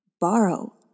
Borrow